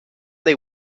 they